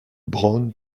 braun